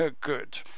Good